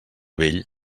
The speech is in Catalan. vell